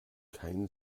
kein